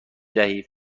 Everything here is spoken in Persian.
دهی